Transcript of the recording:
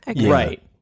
Right